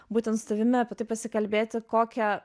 būtent su tavimi taip pasikalbėti kokią